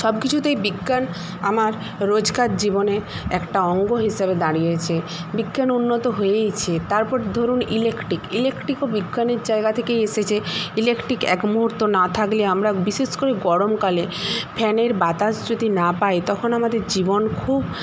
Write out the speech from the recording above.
সবকিছুতেই বিজ্ঞান আমার রোজকার জীবনের একটা অঙ্গ হিসাবে দাঁড়িয়েছে বিজ্ঞান উন্নত হয়েইছে তারপর ধরুন ইলেকট্রিক ইলেকট্রিকও বিজ্ঞানের জাইগা থেকে এসেছে ইলেকট্রিক এক মুহূর্ত না থাকলে আমরা বিশেষ করে গরমকালে ফ্যানের বাতাস যদি না পাই তখন আমাদের জীবন খুব